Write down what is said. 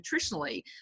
nutritionally